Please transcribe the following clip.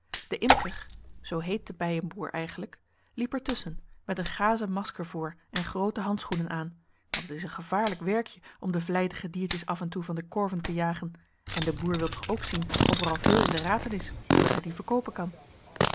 bijenboer eigenlijk liep er tusschen met een gazen masker voor en groote handschoenen aan want het is een gevaarlijk werkje om de vlijtige diertjes af en toe van de korven te jagen en de boer wil toch ook zien of er al veel in de raten is zoodat hij die verkoopen kan